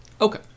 Okay